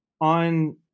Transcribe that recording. on